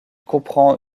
comprend